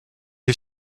est